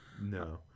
No